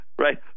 right